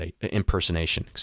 impersonation